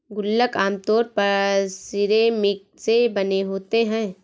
गुल्लक आमतौर पर सिरेमिक से बने होते हैं